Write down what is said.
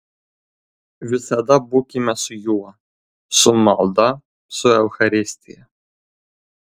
visada būkime su juo su malda su eucharistija